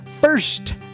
first